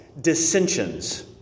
dissensions